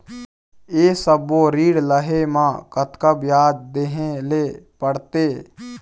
ये सब्बो ऋण लहे मा कतका ब्याज देहें ले पड़ते?